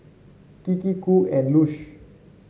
Kiki Qoo and Lush